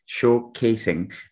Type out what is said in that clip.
showcasing